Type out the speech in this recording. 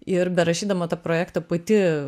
ir berašydama tą projektą pati